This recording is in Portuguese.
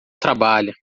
trabalha